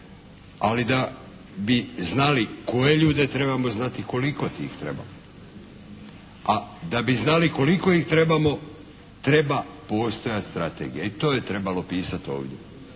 Ali da bi znali koje ljude, trebamo znati tih trebamo. A da bi znali koliko ih trebamo treba postojati strategije i to je trebalo pisati ovdje.